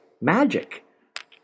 Magic